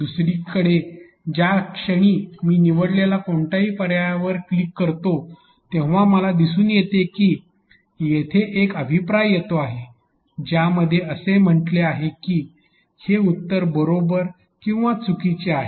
दुसरीकडे ज्या क्षणी मी निवडलेल्या कोणत्याही निवडीवर क्लिक करतो तेव्हा मला दिसून येते की येथे खाली एक अभिप्राय येतो आहे ज्यामध्ये असे म्हटले आहे की हे उत्तर बरोबर किंवा चुकीचे आहे